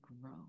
grow